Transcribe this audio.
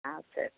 ஆ சரி